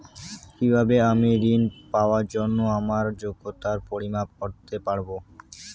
কিভাবে আমি ঋন পাওয়ার জন্য আমার যোগ্যতার পরিমাপ করতে পারব?